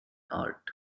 art